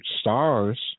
stars